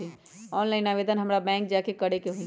Online आवेदन हमरा bank जाके करे के होई?